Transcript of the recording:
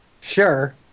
Sure